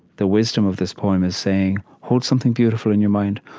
the wisdom of this poem is saying, hold something beautiful in your mind.